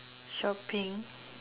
shopping